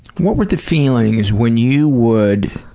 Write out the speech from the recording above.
what were the feelings when you would,